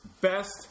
best